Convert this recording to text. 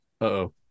Uh-oh